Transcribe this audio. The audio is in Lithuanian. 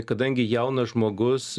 kadangi jaunas žmogus